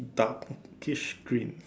darkish green